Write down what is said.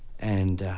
and